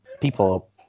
people